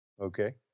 Okay